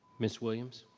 ms. williams.